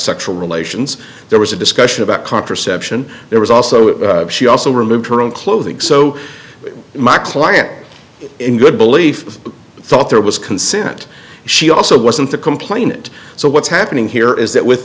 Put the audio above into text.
sexual relations there was a discussion about contraception there was also she also removed her own clothing so my client in good belief thought there was consent she also wasn't the complainant so what's happening here is that with